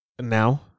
now